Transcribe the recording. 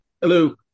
Hello